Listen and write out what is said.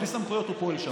בלי סמכויות הוא פועל שם.